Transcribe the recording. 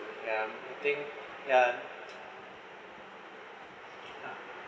ya I think ya